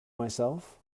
myself